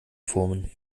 formen